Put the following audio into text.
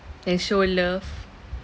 and show love